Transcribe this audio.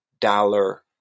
dollar